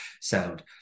sound